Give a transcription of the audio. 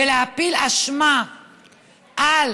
ולהפיל אשמה על